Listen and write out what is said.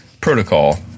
Protocol